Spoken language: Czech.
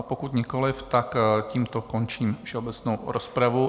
Pokud nikoliv, tímto končím všeobecnou rozpravu.